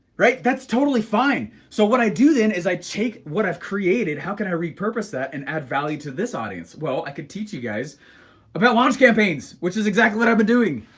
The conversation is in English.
right? that's totally fine. so what i do then is i take what i've created. how can i repurpose that and add value to this audience? well, i could teach you guys about launch campaigns, which is exactly what i've been doing.